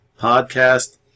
podcast